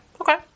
Okay